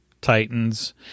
Titans